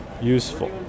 useful